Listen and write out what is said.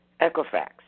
Equifax